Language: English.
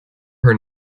her